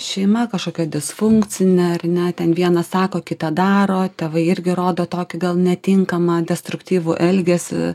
šeima kažkokia disfunkcinė ar ne ten viena sako kita daro tėvai irgi rodo tokį gal netinkamą destruktyvų elgesį